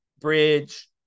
bridge